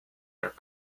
are